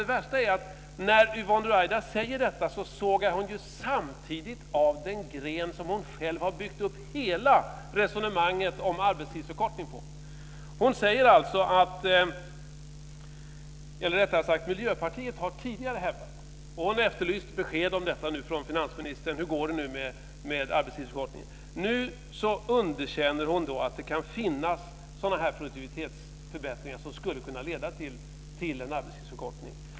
Det värsta är att när Yvonne Ruwaida säger detta sågar hon samtidigt av den gren hon själv har byggt upp hela resonemanget om arbetstidsförkortning på. Miljöpartiet har tidigare framhållit hur det går med arbetstidsförkortningen. Yvonne Ruwaida har efterlyst besked från finansministern. Nu underkänner hon att det kan finnas produktivitetsförbättringar som skulle kunna leda till en arbetstidsförkortning.